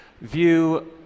view